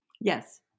Yes